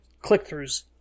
click-throughs